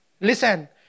Listen